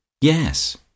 Yes